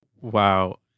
Wow